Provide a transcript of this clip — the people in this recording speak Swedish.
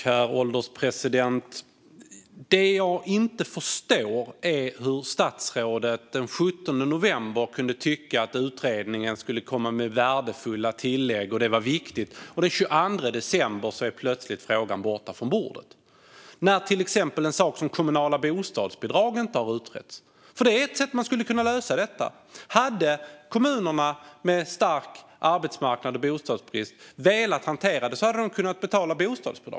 Herr ålderspresident! Det jag inte förstår är hur statsrådet den 17 november kunde tycka att utredningen skulle komma med värdefulla tillägg och att det var viktigt, för den 22 december är frågan plötsligt borta från bordet, och detta utan att till exempel en sådan sak som kommunala bostadsbidrag har utretts. Det är ett sätt man skulle kunna lösa detta på. Hade kommunerna med stark arbetsmarknad och bostadsbrist velat hantera det hade de kunnat betala bostadsbidrag.